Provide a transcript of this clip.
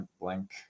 blank